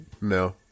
No